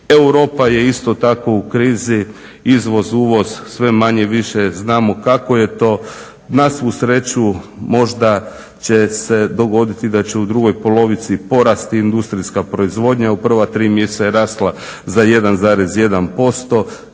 Europa je isto tako u krizi, izvoz-uvoz sve manje-više znamo kako je to. Na svu sreću možda će se dogoditi da će u drugoj polovici porasti industrijska proizvodnja. U prva tri mjeseca je rasla za 1,1%,